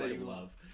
love